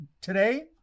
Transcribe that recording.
today